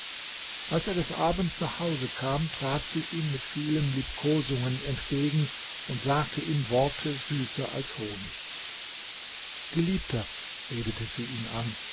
als er des abends nach hause kam trat sie ihm mit vielen liebkosungen entgegen und sagte ihm worte süßer als honig geliebter redete sie ihn an